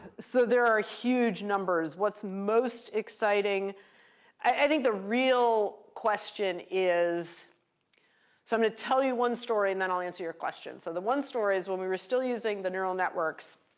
so there are huge numbers. what's most exciting i think the real question is so i'm going to tell you one story, and then i'll answer your question. so the one story is when we were still using the neural networks,